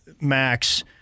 Max